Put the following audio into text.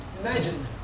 imagine